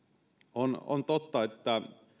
on on totta että